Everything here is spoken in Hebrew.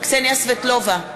קסניה סבטלובה,